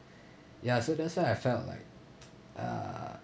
ya so that's why I felt like uh